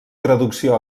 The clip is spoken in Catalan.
traducció